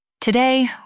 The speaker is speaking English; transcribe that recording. Today